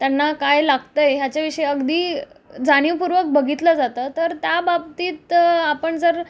त्यांना काय लागतं आहे ह्याच्याविषयी अगदी जाणीवपूर्वक बघितलं जातं तर त्या बाबतीत आपण जर